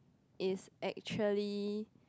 is actually